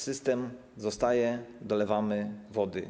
System zostaje, dolewamy wody.